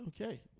okay